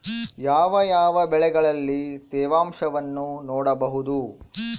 ಯಾವ ಯಾವ ಬೆಳೆಗಳಲ್ಲಿ ತೇವಾಂಶವನ್ನು ನೋಡಬಹುದು?